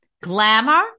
glamour